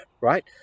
right